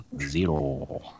zero